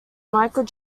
michael